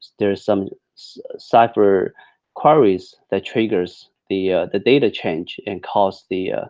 there's some cypher queries, that triggers the the data change and cause the